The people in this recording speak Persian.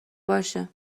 باشه